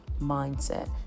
mindset